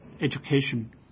education